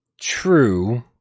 True